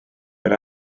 per